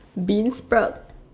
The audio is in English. Bean sprout